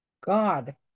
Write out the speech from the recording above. God